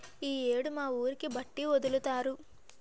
ఈ యేడు మా ఊరికి బట్టి ఒదులుతారు